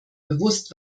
bewusst